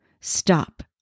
Stop